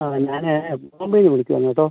ആ ഞാൻ ബോംബെ നിന്ന് വിളിക്കുകയാണ് കേട്ടോ